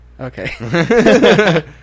Okay